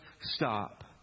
stop